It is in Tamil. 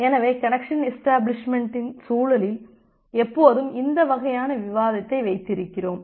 எனவே கனெக்சன் எஷ்டபிளிஷ்மெண்ட்டின் சூழலில் எப்போதும் இந்த வகையான விவாதத்தை வைத்திருக்கிறோம்